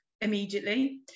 immediately